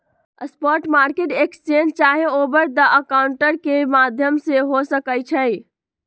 spot market exchange चाहे over the counter के माध्यम से हो सकइ छइ